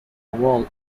wall